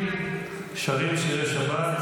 שרים שירי שבת,